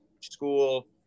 school